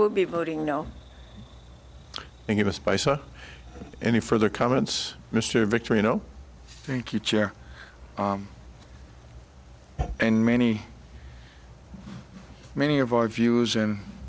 will be voting no and give us by so any further comments mr victory no thank you chair and many many of our views and